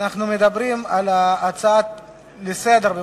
אנחנו מדברים על הצעה לסדר-היום,